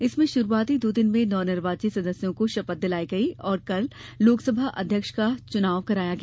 इसमें शुरूआती दो दिन में नवनिर्वाचित सदस्यों को शपथ दिलाई गई और कल लोकसभा अध्यक्ष का चुनाव कराया गया